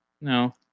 No